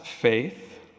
faith